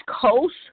Coast